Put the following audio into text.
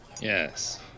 Yes